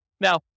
Now